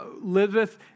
liveth